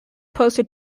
posted